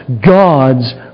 God's